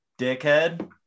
dickhead